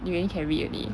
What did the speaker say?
you only can read only